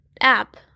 app